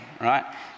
right